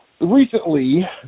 recently